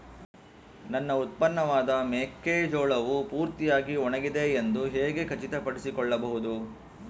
ನನ್ನ ಉತ್ಪನ್ನವಾದ ಮೆಕ್ಕೆಜೋಳವು ಪೂರ್ತಿಯಾಗಿ ಒಣಗಿದೆ ಎಂದು ಹೇಗೆ ಖಚಿತಪಡಿಸಿಕೊಳ್ಳಬಹುದು?